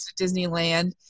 Disneyland